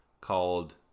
called